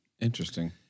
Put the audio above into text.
Interesting